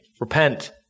Repent